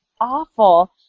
awful